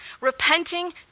repenting